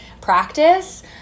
practice